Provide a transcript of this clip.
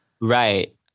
right